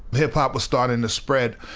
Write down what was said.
hip hop was starting to spread,